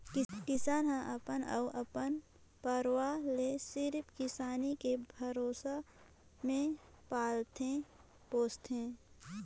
किसान हर अपन अउ अपन परवार ले सिरिफ किसानी के भरोसा मे पालथे पोसथे